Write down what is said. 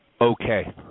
okay